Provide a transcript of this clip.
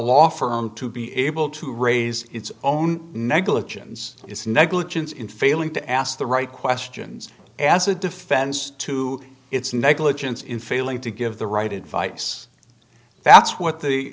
law firm to be able to raise its own negligence its negligence in failing to ask the right questions as a defense to its negligence in failing to give the right advice that's what the